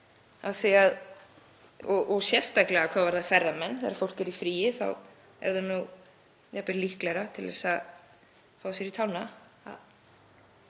sérstaklega hvað varðar ferðamenn. Þegar fólk er í fríi þá er það nú jafnvel líklegra til þess að fá sér í tána.